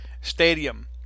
stadium